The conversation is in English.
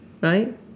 right